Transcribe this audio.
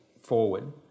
forward